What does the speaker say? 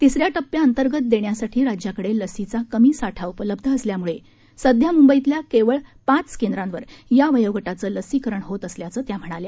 तिसऱ्या टप्प्याअंतर्गत देण्यासाठी राज्याकडे लसीचा कमी साठा उपलब्ध असल्याम्ळे सध्या म्ंबईतल्या केवळ पाच केंद्रांवर या वयोगटाचं लसीकरण होत असल्याचं त्या म्हणाल्या